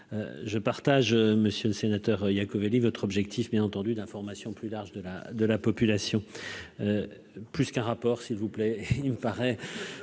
je partage, monsieur le sénateur Iacovelli, votre objectif bien entendu d'information plus large de la de la population plus qu'un rapport, s'il vous plaît,